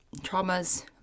traumas